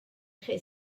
chi